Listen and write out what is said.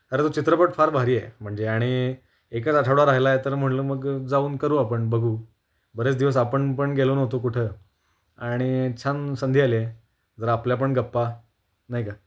अरे तो चित्रपट फार भारी आहे म्हणजे आणि एकच आठवडा राहिला आहे तर म्हणलं मग जाऊन करू आपण बघू बरेच दिवस आपण पण गेलो नव्हतो कुठं आणि छान संधी आली आहे जर आपल्या पण गप्पा नाही का